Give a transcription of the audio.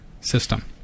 system